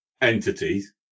entities